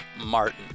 Martin